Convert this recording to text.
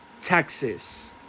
Texas